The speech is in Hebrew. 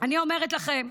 אני אומרת לכם,